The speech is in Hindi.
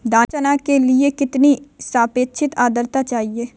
चना के लिए कितनी आपेक्षिक आद्रता चाहिए?